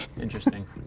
Interesting